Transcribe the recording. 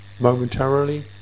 Momentarily